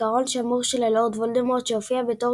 זיכרון שמור של הלורד וולדמורט שהופיע בתור